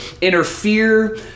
interfere